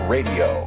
Radio